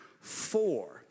four